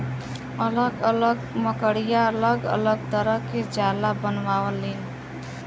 अलग अलग मकड़िया अलग अलग तरह के जाला बनावलीन